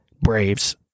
Braves